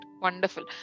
wonderful